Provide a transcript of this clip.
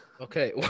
okay